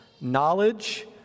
knowledge